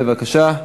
בבקשה.